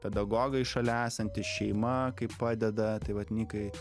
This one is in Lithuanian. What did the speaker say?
pedagogai šalia esanti šeima kaip padeda tai vat nikai